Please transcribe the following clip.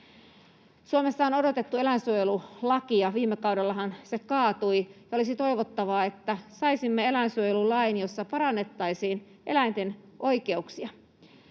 Suomessa on odotettu eläinsuojelulakia. Viime kaudellahan se kaatui, ja olisi toivottavaa, että saisimme eläinsuojelulain, jossa parannettaisiin eläinten oikeuksia.